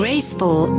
Graceful